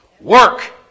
Work